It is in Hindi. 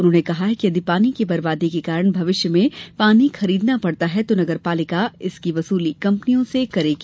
उन्होंने कहा कि यदि पानी की बर्बादी के कारण भविष्य में प्राइवेट पानी खरीदना पड़ता है तो नगरपालिका इसकी वसूली कंपनियों से करेगी